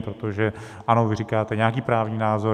Protože ano, říkáte nějaký právní názor.